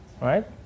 right